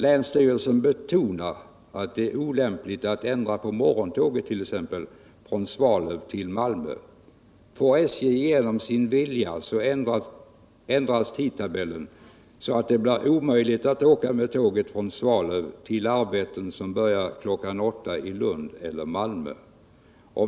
Länsstyrelsen betonar att det är olämpligt att ändra t.ex. på morgontåget från Svalöv till Malmö. Får SJ igenom sin vilja ändras tidtabellen så att det blir omöjligt att åka med tåget från Svalöv till arbeten som börjar kl. 8 i Lund eller Malmö.